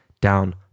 down